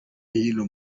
hino